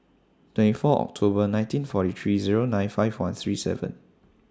twenty four October nineteen forty three Zero nine five one three seven